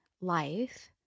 life